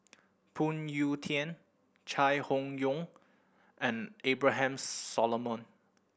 Phoon Yew Tien Chai Hon Yoong and Abraham Solomon